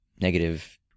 negative